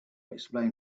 explain